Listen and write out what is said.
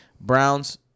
Browns